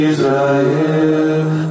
Israel